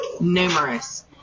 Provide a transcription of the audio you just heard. Numerous